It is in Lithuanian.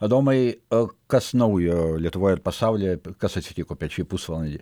adomai a kas naujo lietuvoje ir pasaulyje kas atsitiko per šį pusvalandį